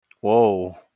Whoa